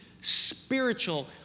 spiritual